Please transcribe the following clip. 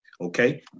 Okay